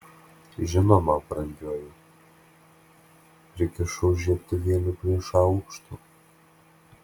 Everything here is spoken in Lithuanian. žinoma brangioji prikišau žiebtuvėlį prie šaukšto